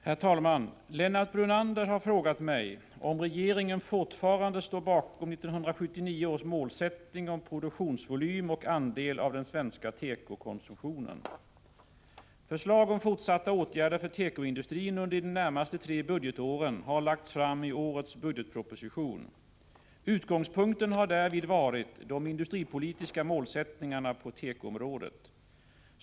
Herr talman! Lennart Brunander har frågat mig om regeringen fortfarande står bakom 1979 års målsättning om produktionsvolym och andel av den svenska tekokonsumtionen. Förslag om fortsatta åtgärder för tekoindustrin under de närmaste tre budgetåren har lagts fram i årets budgetproposition. Utgångspunkten har därvid varit de industripolitiska målsättningarna på tekoområdet.